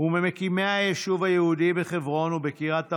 וממקימי היישוב היהודי בחברון ובקריית ארבע.